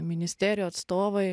ministerijų atstovai